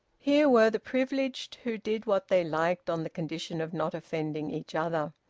here were the privileged, who did what they liked on the condition of not offending each other.